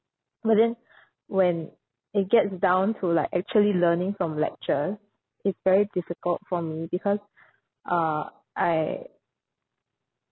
but then when it gets down to like actually learning from lectures it's very difficult for me because uh I